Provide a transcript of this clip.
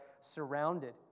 surrounded